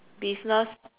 business